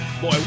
Boy